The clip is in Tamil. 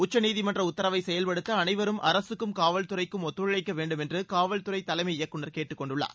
உச்சநீதிமன்றம் உத்தரவை செயல்படுத்த அனைவரும் அரசுக்கும் காவல்துறைக்கும் ஒத்துழைக்க வேண்டும் என்று காவல்துறை தலைமை இயக்குநர் கேட்டுக்கொண்டுள்ளார்